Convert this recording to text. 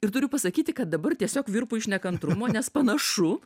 ir turiu pasakyti kad dabar tiesiog virpu iš nekantrumo nes panašu